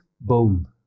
Boom